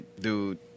dude